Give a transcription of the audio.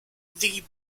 the